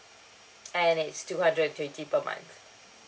and it's two hundred and twenty per month